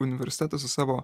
universitetas su savo